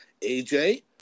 AJ